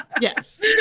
Yes